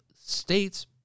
states